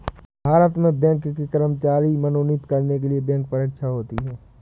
भारत में बैंक के कर्मचारी मनोनीत करने के लिए बैंक परीक्षा होती है